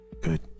good